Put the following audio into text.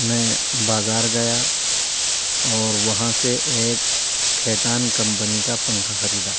میں بازار گیا اور وہاں سے ایک کھیتان کمپنی کا پنکھا خریدا